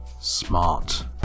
smart